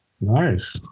Nice